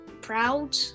proud